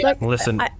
Listen